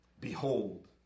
behold